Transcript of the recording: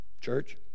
church